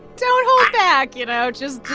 don't hold back, you know? just